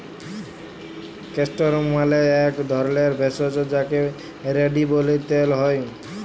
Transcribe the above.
castor মালে এক ধরলের ভেষজ যাকে রেড়ি ব্যলে তেল হ্যয়